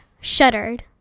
shuddered